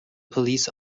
police